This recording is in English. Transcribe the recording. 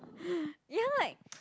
ya like